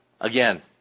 Again